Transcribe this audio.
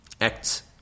Acts